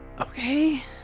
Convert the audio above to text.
Okay